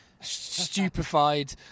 stupefied